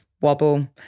wobble